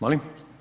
Molim?